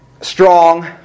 strong